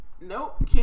Nope